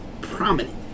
prominent